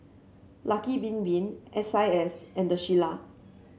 Lucky Bin Bin S I S and The Shilla